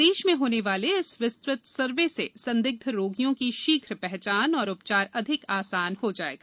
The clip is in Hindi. प्रदेश में होने वाले इस विस्तृत सर्वे से संदिग्ध रोगियों की शीघ्र पहचान और उपचार अधिक आसान हो जायेगा